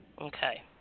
Okay